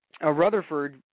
Rutherford